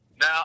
Now